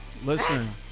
Listen